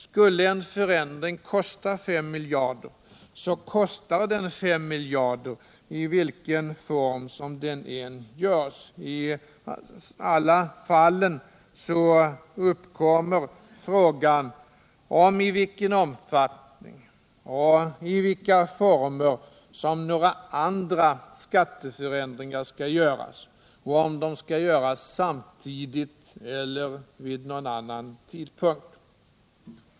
Skulle en förändring kosta 5 miljarder, kostar den 5 miljarder i vilken form den än genomförs. I alla fallen uppkommer frågan om i vilken omfattning och i vilka former som några andra skatteförändringar skall göras och om de skall ske samtidigt eller vid någon annan tidpunkt.